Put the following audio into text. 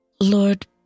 Lord